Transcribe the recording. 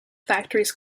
factories